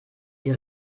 die